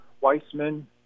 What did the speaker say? Weissman